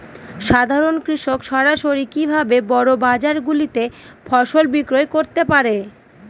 সাধারন কৃষক সরাসরি কি ভাবে বড় বাজার গুলিতে ফসল বিক্রয় করতে পারে?